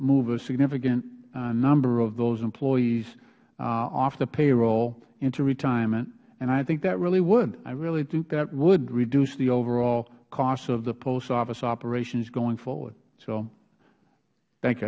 move a significant number of those employees off the payroll into retirement and i think that really would i really think that would reduce the overall costs of the post office operations going forward thank